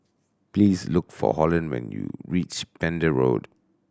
please look for Holland when you reach Pender Road